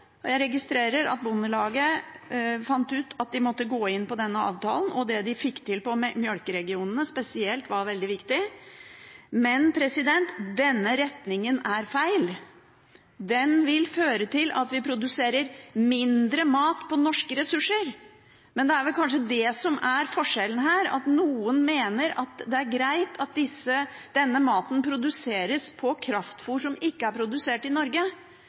Og jeg registrerer at Bondelaget fant ut at de måtte gå inn på denne avtalen, og det de fikk til på mjølkeregionene spesielt, var veldig viktig. Men denne retningen er feil. Den vil føre til at vi produserer mindre mat på norske ressurser, men det er vel kanskje det som er forskjellen her, at noen mener at det er greit at denne maten produseres på kraftfôr som ikke er produsert i Norge,